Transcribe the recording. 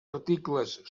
articles